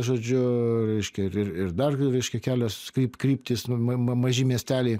žodžiu reiškia ir ir dar reiškia kelios kryptys maži miesteliai